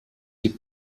die